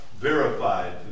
verified